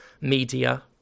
media